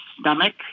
stomach